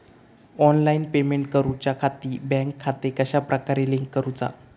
Online payment करुच्याखाती bank खाते कश्या प्रकारे लिंक करुचा?